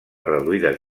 reduïdes